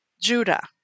Judah